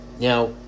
Now